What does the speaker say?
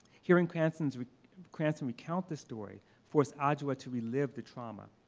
hearing cranston so cranston recount the story forced adjua to relive the trauma.